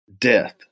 death